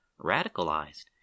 radicalized